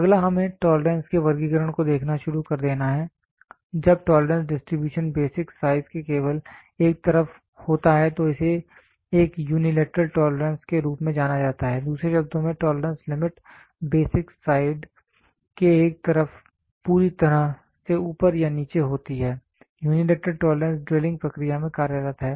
अगला हमें टोलरेंस के वर्गीकरण को देखना शुरू कर देना है जब टोलरेंस डिसटीब्यूशन बेसिक साइज के केवल एक तरफ होता है तो इसे एक यूनिलैटरल टोलरेंस के रूप में जाना जाता है दूसरे शब्दों में टोलरेंस लिमिट बेसिक साइड के एक तरफ पूरी तरह से ऊपर या नीचे होती है यूनिलैटरल टोलरेंस ड्रिलिंग प्रक्रिया में कार्यरत है